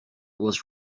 was